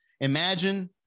imagine